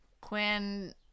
Quinn